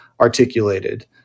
articulated